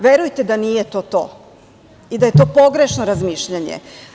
Verujte da nije to to i da je to pogrešno razmišljanje.